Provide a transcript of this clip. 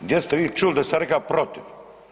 Gdje ste vi čuli da sam ja rekao protiv?